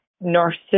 Nurses